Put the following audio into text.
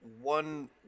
one